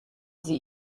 sie